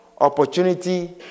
opportunity